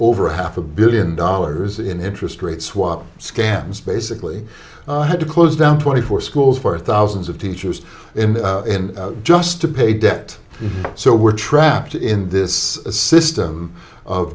over half a billion dollars in interest rate swaps scams basically had to close down twenty four schools for thousands of teachers in the end just to pay debt so we're trapped in this system of